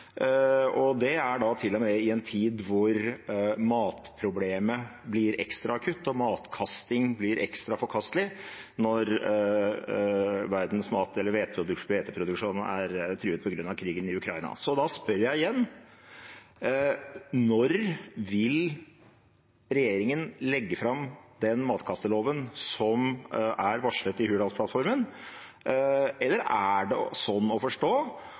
Det er til og med i en tid hvor matproblemet blir ekstra kutt og matkasting blir ekstra forkastelig når verdens hveteproduksjon er truet på grunn av krigen i Ukraina. Da spør jeg igjen: Når vil regjeringen legge fram den matkasteloven som er varslet i Hurdalsplattformen? Eller er det sånn å forstå